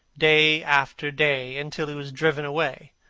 day after day, until he was driven away.